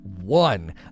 one